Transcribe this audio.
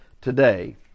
today